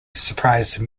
surprised